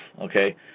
Okay